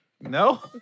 No